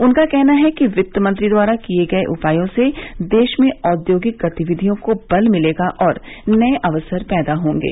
उनका कहना है कि वित्त मंत्री द्वारा किए गए उपायों से देश में औद्योगिक गतिविधियों को बल मिलेगा और नए अवसर पैदा होंगे